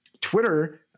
Twitter